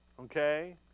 Okay